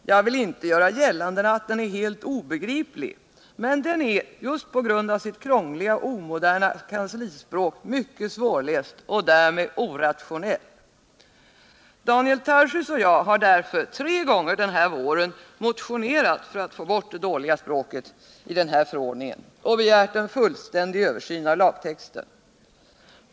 Jag vill inte göra gällande att den är helt obegriplig, men den är just på grund av sitt krångliga och omoderna kanslispråk mycket svårläst och därmed orationell. Daniel Tarschys och jag har tre gånger denna vår motionerat om att få bort det dåliga språket i yrkestrafikförordningen och begärt en fullständig översyn av lagtexten.